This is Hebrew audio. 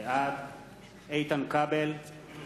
בעד איתן כבל, אינו